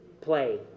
play